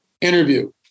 interview